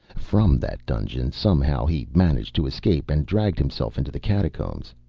from that dungeon, somehow, he managed to escape, and dragged himself into the catacombs.